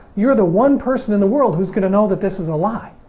you're the one person in the world who's going to know that this is a lie.